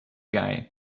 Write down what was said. guy